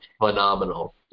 phenomenal